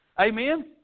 Amen